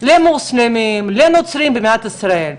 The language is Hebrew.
למוסלמים ולנוצרים במדינת ישראל,